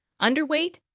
underweight